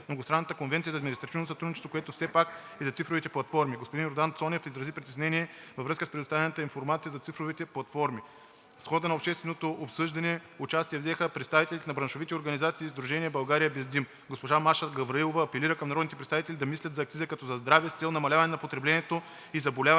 Многостранната конвенция за административно сътрудничество, което е пак за цифровите платформи. Господин Йордан Цонев изрази притеснение във връзка с предоставяната информация за цифровите платформи, като счита, че сравнението с въпроса за хазарта не е удачно в случая. В хода на общественото обсъждане участие взеха представителите на браншовите организации и Сдружение „България без дим“. Госпожа Маша Гавраилова апелира към народните представители да мислят за акциза като за здраве с цел намаляване на потреблението и заболяванията,